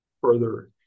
further